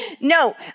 No